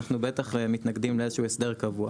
אנחנו בטח מתנגדים לאיזשהו הסדר קבוע.